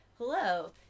hello